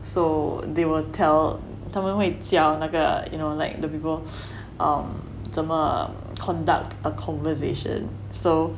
so they will tell 他们会教那个 you know like the people um 怎么 conduct a conversation so